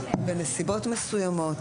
בנסיבות מסוימות,